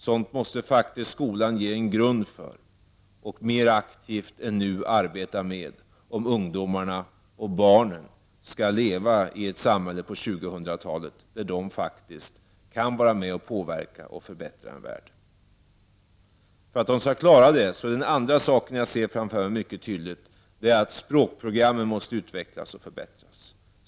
Sådant måste skolan faktiskt skapa en grund för och arbeta mer aktivt med än nu, om dagens barn och ungdomar skall kunna leva i 2000-talets samhälle och vara med om att påverka och förbättra de förhållanden som då råder i världen. För det andra ser jag tydligt framför mig att språkprogrammen måste utvecklas och förbättras.